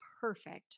perfect